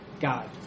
God